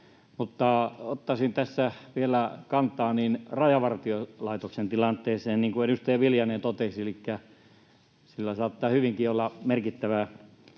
todettu. Ottaisin tässä vielä kantaa Rajavartiolaitoksen tilanteeseen. Niin kuin edustaja Viljanen totesi, sillä saattaa hyvinkin olla merkittävä